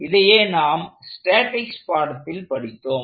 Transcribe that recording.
இதையே நாம் ஸ்டேடிக்ஸ் பாடத்தில் படித்தோம்